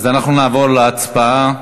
אז אנחנו נעבור להצבעה.